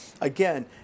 again